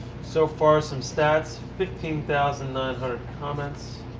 so far, some stats. fifteen thousand nine hundred comments.